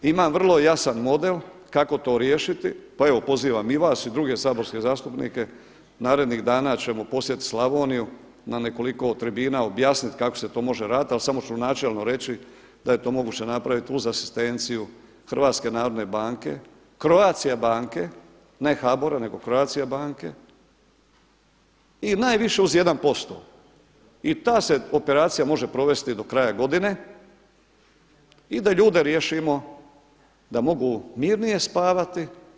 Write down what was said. Imam vrlo jasan model kako to riješiti pa evo pozivam i vas i druge saborske zastupnike, narednih dana ćemo posjetiti Slavoniju na nekoliko tribina objasniti kako se to može raditi, ali samo ću načelno reći da je to moguće napraviti uz asistenciju HNB-a, Croatia banke, ne HBOR-a, nego Croatia banke i najviše uz 1% i ta se operacija može provesti do kraja godine i da ljude riješimo da mogu mirnije spavati.